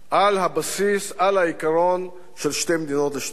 על הבסיס, על העיקרון של שתי מדינות לשני עמים.